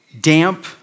damp